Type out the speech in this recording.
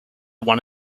won